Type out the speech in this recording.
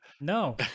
no